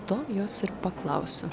to jos ir paklausiu